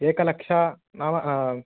एक लक्षं नाम